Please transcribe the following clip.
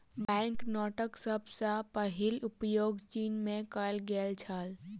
bank नोटक सभ सॅ पहिल उपयोग चीन में कएल गेल छल